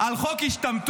על חוק השתמטות,